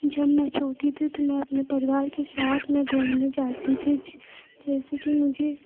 जब मैं छोटी थी तो मैं अपने परिवार के साथ में घूमने जाती थी जैसे कि मुझे